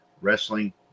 wrestling